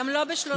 גם לא לחלופין.